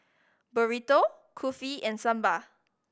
Burrito Kulfi and Sambar